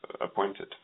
appointed